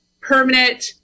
permanent